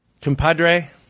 compadre